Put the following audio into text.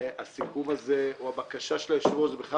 הסיכום הזה או הבקשה של היושב-ראש בכלל